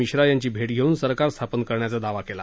मिश्रा यांची भे धेऊन सरकार स्थापन करण्याचा दावा केला